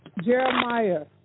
Jeremiah